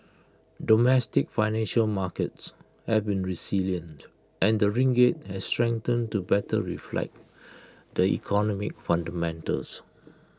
domestic financial markets have been resilient and the ringgit has strengthened to better reflect the economic fundamentals